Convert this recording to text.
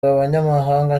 abanyamabanga